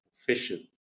efficient